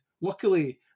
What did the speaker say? luckily